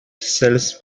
cells